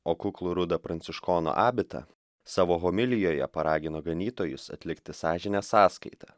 o kuklų rudą pranciškono abitą savo homilijoje paragino ganytojus atlikti sąžinės sąskaitą